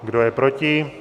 Kdo je proti?